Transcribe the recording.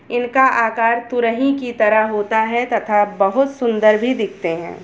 इनका आकार तुरही की तरह होता है तथा बहुत सुंदर भी दिखते है